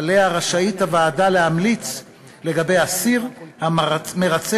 שעליה רשאית הוועדה להמליץ לגבי אסיר המרצה